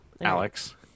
Alex